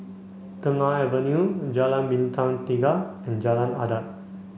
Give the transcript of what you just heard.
Tengah Avenue Jalan Bintang Tiga and Jalan Adat